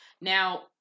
Now